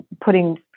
putting